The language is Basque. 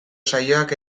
saioak